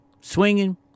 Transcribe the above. swinging